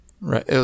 Right